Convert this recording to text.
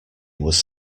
was